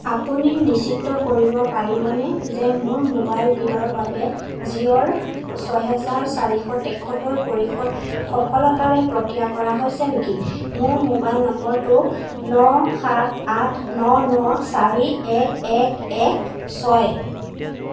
আপুনি নিশ্চিত কৰিব পাৰিবনে যে মোৰ মোবাইল বিলৰ বাবে জিঅ'ৰ ছয় হেজাৰ চাৰিশ তেসত্তৰ পৰিশোধ সফলতাৰে প্ৰক্ৰিয়া কৰা হৈছে নেকি মোৰ মোবাইল নম্বৰটো ন সাত আঠ ন ন চাৰি এক এক এক ছয়